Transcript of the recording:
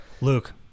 luke